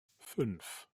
fünf